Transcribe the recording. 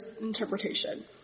interpretation